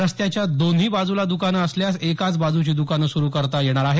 रस्त्याच्या दोन्ही बाजुला दुकानं असल्यास एकाच बाजुची द्रकानं सुरू करता येणार आहेत